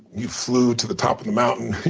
you've flew to the top of the mountain,